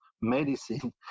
medicine